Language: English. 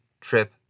trip